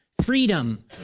freedom